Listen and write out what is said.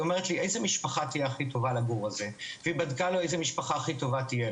היא אומרת לי, איזה משפחה תהיה הכי טובה לגור הזה?